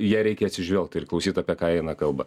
ją reikia atsižvelgt ir klausyt apie ką eina kalba